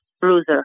Bruiser